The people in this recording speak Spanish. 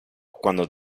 cuando